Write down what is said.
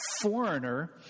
foreigner